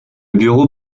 bureau